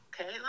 Okay